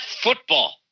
football